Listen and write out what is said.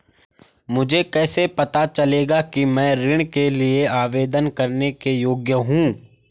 मुझे कैसे पता चलेगा कि मैं ऋण के लिए आवेदन करने के योग्य हूँ?